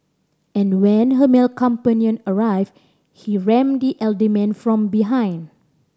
and when her male companion arrived he rammed the elderly man from behind